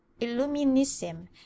illuminism